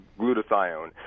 glutathione